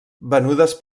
venudes